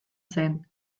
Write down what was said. zen